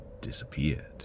disappeared